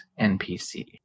npc